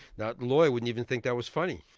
now a lawyer wouldn't even think that was funny.